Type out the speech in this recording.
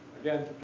Again